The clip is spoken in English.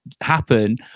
happen